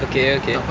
okay okay